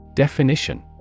Definition